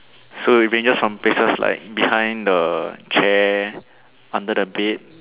so it ranges from places like behind the chair under the bed